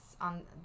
on